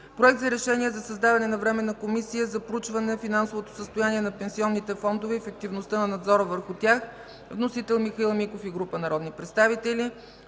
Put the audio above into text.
Проект за решение за създаване на Временна комисия за проучване финансовото състояние на пенсионните фондове и ефективността на надзор върху тях. Вносител – Михаил Миков и група народни представители.